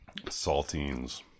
Saltines